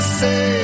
say